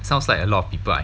sounds like a lot of people I